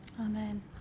Amen